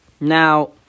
now